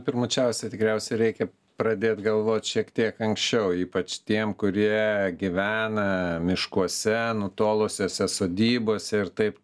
pirmučiausia tikriausiai reikia pradėt galvot šiek tiek anksčiau ypač tiem kurie gyvena miškuose nutolusiose sodybose ir taip